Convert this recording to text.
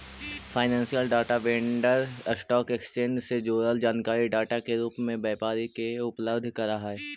financial data vendor stock exchange से जुड़ल जानकारी डाटा के रूप में व्यापारी के उपलब्ध करऽ हई